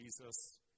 Jesus